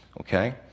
okay